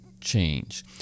change